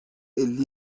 elli